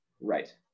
Right